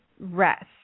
rest